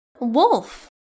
Wolf